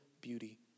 beauty